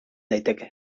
daiteke